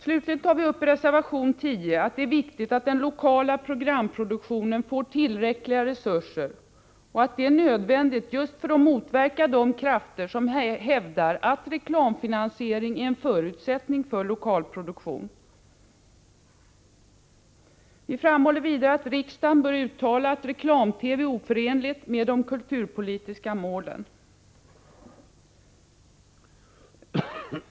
Slutligen tar vi i reservation 10 upp att det är viktigt att den lokala programproduktionen får tillräckliga resurser och att detta är nödvändigt för att motverka de krafter som hävdar att reklamfinansiering är en förutsättning för lokal produktion. Vidare framhåller vi att riksdagen bör uttala att reklam-TV är oförenligt med de kulturpolitiska målen.